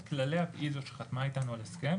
היא חתמה אתנו על הסכם,